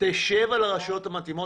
יישבו על הרשויות המתאימות,